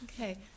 Okay